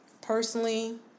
personally